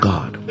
God